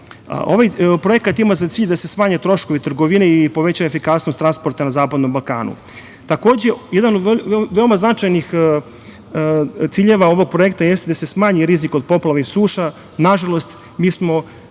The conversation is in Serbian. projekat ima za cilj da se smanje troškovi trgovine i poveća efikasnost transporta na Zapadnom Balkanu. Takođe, jedan od veoma značajnih ciljeva ovog projekta jeste da se smanji rizik od poplava i suša. Nažalost, mi smo